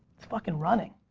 it's fucking running.